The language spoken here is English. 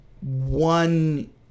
one